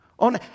on